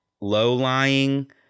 low-lying